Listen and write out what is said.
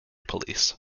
police